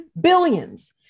billions